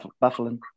baffling